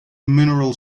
mineral